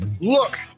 Look